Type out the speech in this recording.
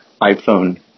iPhone